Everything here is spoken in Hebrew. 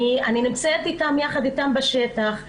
אני נמצאת ביחד איתן בשטח.